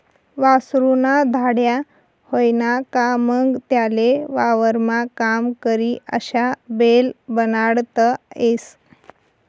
वासरु ना धांड्या व्हयना का मंग त्याले वावरमा काम करी अशा बैल बनाडता येस